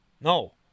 No